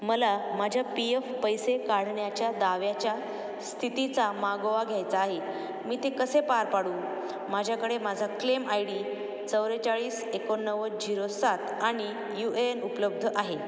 मला माझ्या PF पैसे काढण्याच्या दाव्याच्या स्थितीचा मागोवा घ्यायचा आहे मी ते कसे पार पाडू माझ्याकडे माझा क्लेम आय डी चौरेचाळीस एकोणनव्वद झीरो सात आणि यू ए एन उपलब्ध आहे